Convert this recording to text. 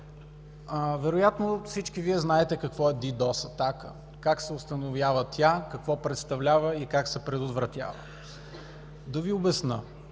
Вероятно всички знаете какво е DDoS атака, как се установява тя, какво представлява и как се предотвратява. Да Ви обясня